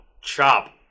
chop